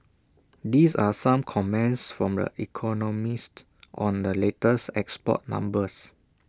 these are some comments from economists on the latest export numbers